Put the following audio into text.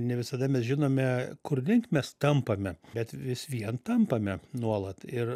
ne visada mes žinome kur link mes tampame bet vis vien tampame nuolat ir